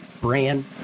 brand